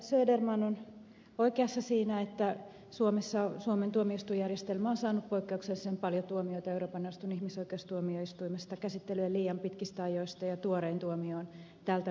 söderman on oikeassa siinä että suomen tuomioistuinjärjestelmä on saanut poikkeuksellisen paljon tuomioita euroopan neuvoston ihmisoikeustuomioistuimesta käsittelyjen liian pitkistä ajoista ja tuorein tuomio on tältä viikolta